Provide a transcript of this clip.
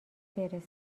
برسه